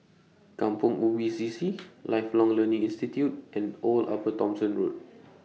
Kampong Ubi C C Lifelong Learning Institute and Old Upper Thomson Road